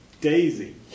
daisy